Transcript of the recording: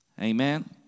Amen